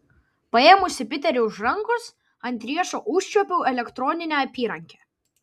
paėmusi piterį už rankos ant riešo užčiuopiau elektroninę apyrankę